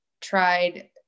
tried